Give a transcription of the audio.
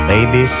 Baby